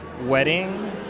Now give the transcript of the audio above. wedding